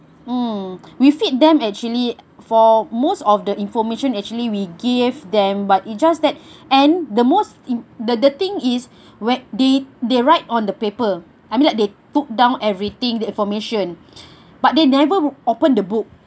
mm we feed them actually for most of the information actually we gave them but it just that and the most in the the thing is where they they write on the paper I mean like they took down everything the information but they never open the book